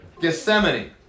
Gethsemane